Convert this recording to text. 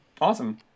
Awesome